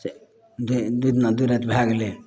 तऽ जे दू दिना दू राति भए गेलै